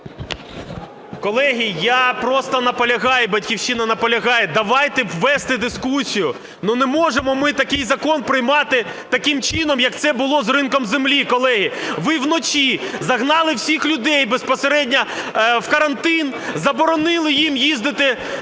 Колеги, я просто наполягаю і "Батьківщина" наполягає: давайте вести дискусію. Ну не можемо ми такий закон приймати таким чином, як це було з ринком землі, колеги. Ви вночі загнали всіх людей безпосередньо в карантин, заборонили їм їздити